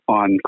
on